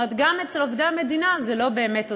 זאת אומרת, גם אצל עובדי המדינה זה לא באמת עוזר.